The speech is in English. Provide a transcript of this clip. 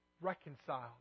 reconciled